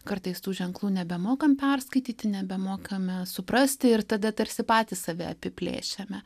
kartais tų ženklų nebemokam perskaityti nebemokame suprasti ir tada tarsi patys save apiplėšiame